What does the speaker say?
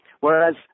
Whereas